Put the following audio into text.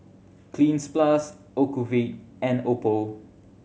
Cleanz Plus Ocuvite and Oppo